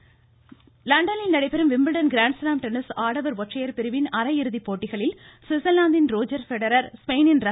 Wimbledon லண்டனில் நடைபெறும் Wimbledon grand slam tennis ஆடவர் ஒற்றையர் பிரிவின் அரையிறுதி போட்டிகளில் சுவிட்சர்லாந்தின் ரோஜர் பெடரர் ஸ்பெயினின் ர